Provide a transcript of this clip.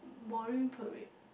boring probably